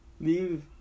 leave